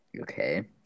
Okay